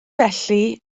felly